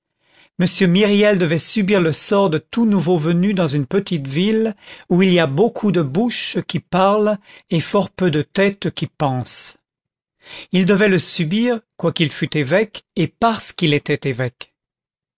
m myriel devait subir le sort de tout nouveau venu dans une petite ville où il y a beaucoup de bouches qui parlent et fort peu de têtes qui pensent il devait le subir quoiqu'il fût évêque et parce qu'il était évêque